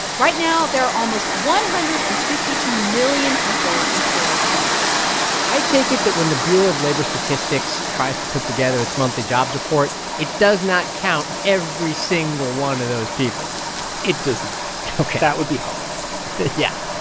right now there are almost one hundred and fifty two million people employed in the u s i take it that when the bureau of labor statistics tries to put together its monthly jobs report, it does not count every single one of those people it does not ok that would be hard yeah.